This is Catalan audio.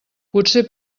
potser